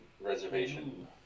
reservation